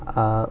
uh